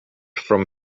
from